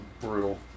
brutal